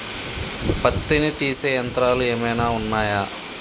పత్తిని తీసే యంత్రాలు ఏమైనా ఉన్నయా?